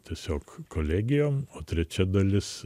tiesiog kolegijom o trečia dalis